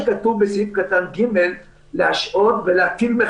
בסעיף קטן (ג) כתוב "בית המשפט רשאי להשהות את הפסקת עיכוב ההליכים כדי